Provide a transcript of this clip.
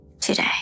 today